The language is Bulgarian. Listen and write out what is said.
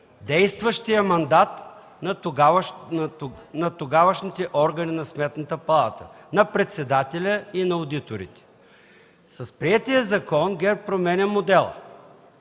действащия мандат на тогавашните органи на Сметната палата – на председателя и одиторите. С приетия закон ГЕРБ променя модела.